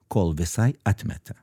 kol visai atmeta